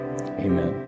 Amen